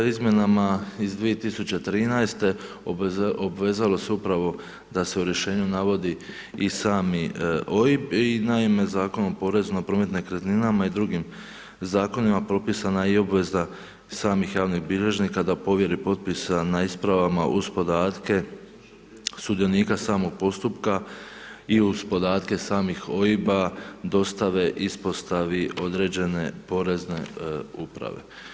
Izmjenama iz 2013. obvezalo se upravo da se u rješenju navodi i samo OIB i naime, Zakon o porezu na promet nekretninama i drugim zakonima propisana je i obveza samih javnih bilježnika da po ovjeri potpisa na ispravama uz podatke sudionika samog postupka i uz podatke samih OIB-a, dostave ispostavi određene porezne uprave.